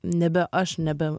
nebe aš nebe